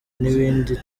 n’ibindi